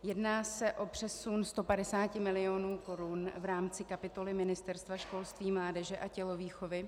Jedná se o přesun 150 mil. korun v rámci kapitoly Ministerstva školství, mládeže a tělovýchovy.